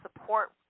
support